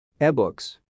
Ebooks